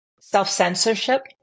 self-censorship